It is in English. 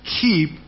keep